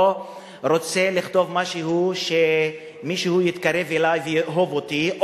או שרוצה לכתוב משהו כדי שמישהו יתקרב אלי ויאהב אותי,